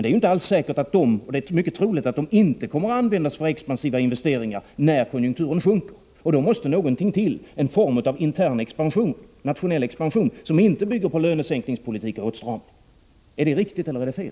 Det troliga är dock att de inte kommer att användas för expansiva investeringar när konjunkturen sjunker, och då måste någonting annat till, en form av intern nationell expansion som inte bygger på lönesänkningspolitik och åtstramning. Är detta riktigt, eller är det fel?